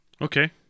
Okay